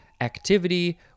activity